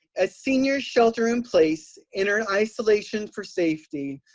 as seniors shelter in place in isolation for safety,